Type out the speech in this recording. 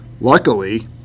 luckily